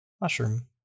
mushroom